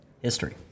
history